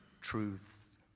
Truth